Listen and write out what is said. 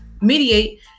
mediate